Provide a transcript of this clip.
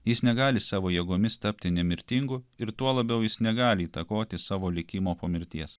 jis negali savo jėgomis tapti nemirtingu ir tuo labiau jis negali įtakoti savo likimo po mirties